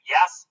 Yes